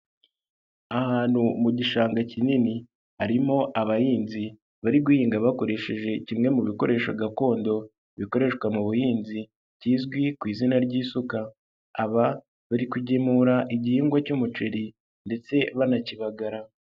Ahantu mu gishanga kinini harimo abahinzi bari guhinga bakoresheje kimwe mu bikoresho gakondo bikoreshwa mu buhinzi kizwi ku izina ry'isuka, aba bari kugenura igihingwa cy'umuceri ndetse banakibagara.